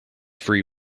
free